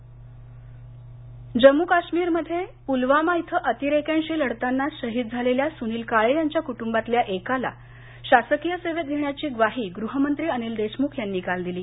सोलाप्र जम्मू आणि काश्मीरमध्ये पुलवामा इथ अतिरेक्यांशी लढताना शहीद झालेल्या सुनिल काळे यांच्या कुटुंबातल्या एकाला शासकीय सेवेत घेण्याची ग्वाही गृहमंत्री अनिल देशमुख यांनी काल दिली